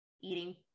eating